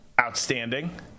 outstanding